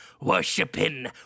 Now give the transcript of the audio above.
worshipping